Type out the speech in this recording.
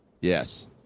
Yes